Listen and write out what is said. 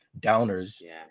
downers